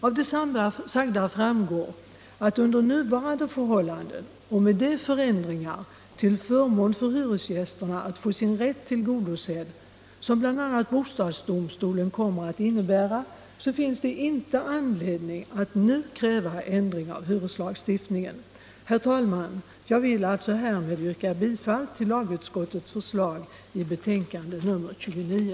Av det sagda framgår att det under nuvarande förhållanden och med de förändringar till förmån för hyresgästerna att få sin rätt tillgodosedd som bl.a. bostadsdomstolen kommer att innebära inte finns anledning att nu kräva ändring av hyreslagstiftningen. Jag vill alltså, herr talman, härmed yrka bifall till lagutskottets förslag i betänkandet nr 29.